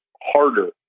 harder